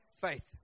faith